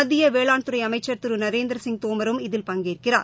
மத்தியவேளாண்துறைஅமைச்சர் திருநரேந்திரசிங் தோமரும் இதில் பஙகேற்கிறார்